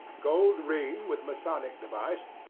gold ring, with masonic device.